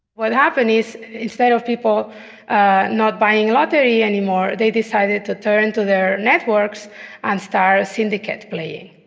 what happened is instead of people ah not buying lottery anymore, they decided to turn to their networks and start syndicate playing.